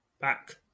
Back